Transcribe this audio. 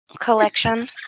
collection